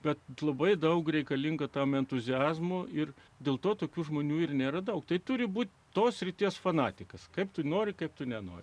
bet labai daug reikalinga tam entuziazmo ir dėl to tokių žmonių ir nėra daug tai turi būti tos srities fanatikas kaip tu nori kaip tu nenori